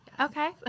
Okay